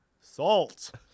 Salt